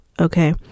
okay